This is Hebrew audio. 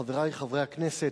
חברי חברי הכנסת,